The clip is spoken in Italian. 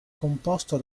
composto